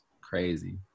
crazy